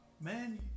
Man